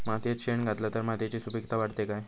मातयेत शेण घातला तर मातयेची सुपीकता वाढते काय?